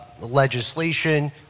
legislation